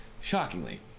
Shockingly